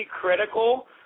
critical